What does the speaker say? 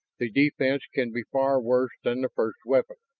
the defense can be far worse than the first weapon.